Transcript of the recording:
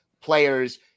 players